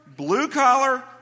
blue-collar